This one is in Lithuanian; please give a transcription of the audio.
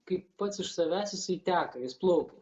kaip pats iš savęs jisai teka jis plaukia